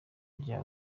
rya